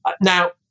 Now